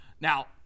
Now